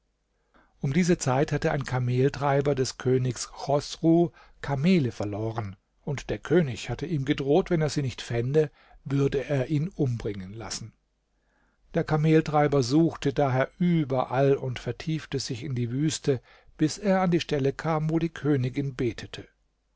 um diese zeit hatte ein kameltreiber des königs chosru kamele verloren und der könig ihm gedroht wenn er sie nicht fände würde er ihn umbringen lassen der kameltreiber suchte daher überall und vertiefte sich in die wüste bis er an die stelle kam wo die königin betete